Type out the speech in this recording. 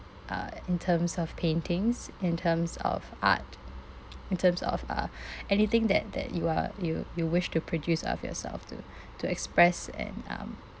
uh in terms of paintings in terms of art in terms of uh anything that that you are you you wish to produce of yourself to to express and um